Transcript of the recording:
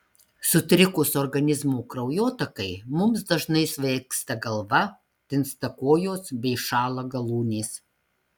sutrikus organizmo kraujotakai mums dažnai svaigsta galva tinsta kojos bei šąla galūnės